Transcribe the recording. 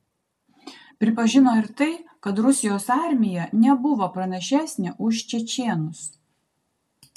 pripažino ir tai kad rusijos armija nebuvo pranašesnė už čečėnus